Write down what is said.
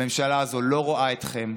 הממשלה הזאת לא רואה אתכם.